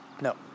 No